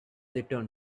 return